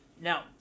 Now